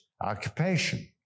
occupation